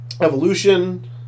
Evolution